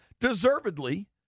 deservedly